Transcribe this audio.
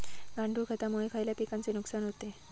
गांडूळ खतामुळे खयल्या पिकांचे नुकसान होते?